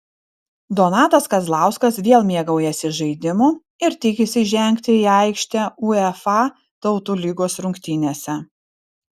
donatas kazlauskas vėl mėgaujasi žaidimu ir tikisi žengti į aikštę uefa tautų lygos rungtynėse